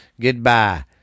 goodbye